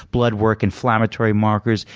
blood work, inflammatory markers,